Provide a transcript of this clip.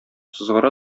сызгыра